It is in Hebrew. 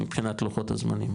מבחינת לוחות הזמנים,